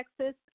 Texas